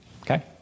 Okay